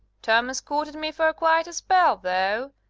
thomas courted me for quite a spell, though.